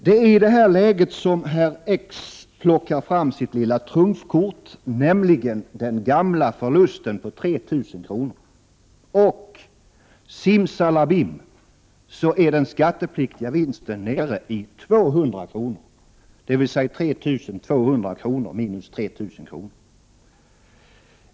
Det är i detta läge som herr X plockar fram sitt lilla trumfkort, nämligen den gamla förlusten på 3 000 kr., och simsalabim, så är den skattepliktiga vinsten nere i 200 kr., dvs. 3 200 kr. minus 3 000 kr.